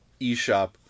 eShop